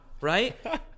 Right